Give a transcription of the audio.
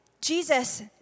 Jesus